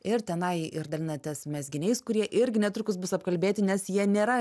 ir tenai ir dalinatės mezginiais kurie irgi netrukus bus apkalbėti nes jie nėra